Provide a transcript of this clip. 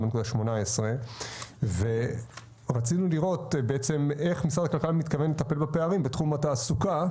4.18 ורצינו לראות איך משרד הכלכלה מתכוון לטפל בפערים בתחום התעסוקה